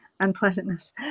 unpleasantness